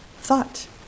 thought